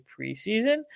preseason